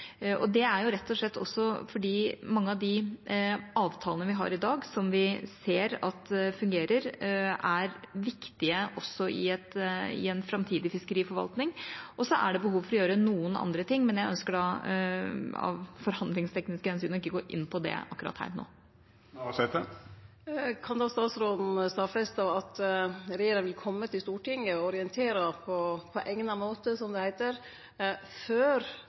Det er rett og slett fordi mange av de avtalene vi har i dag, som vi ser fungerer, er viktige også i en framtidig fiskeriforvaltning. Det er også behov for å gjøre noen andre ting, men jeg ønsker av forhandlingstekniske hensyn ikke å gå inn på det akkurat her og nå. Kan då statsråden stadfeste at regjeringa vil kome til Stortinget og orientere på eigna måte, som det heiter, før